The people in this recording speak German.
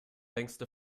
längste